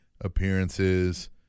appearances